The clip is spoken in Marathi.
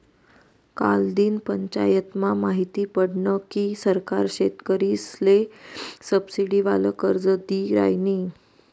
कालदिन पंचायतमा माहिती पडनं की सरकार शेतकरीसले सबसिडीवालं कर्ज दी रायनी